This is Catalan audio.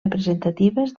representatives